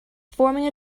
forming